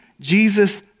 Jesus